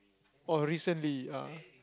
or recently ah